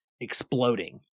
exploding